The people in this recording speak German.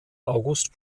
august